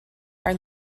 are